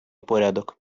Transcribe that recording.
порядок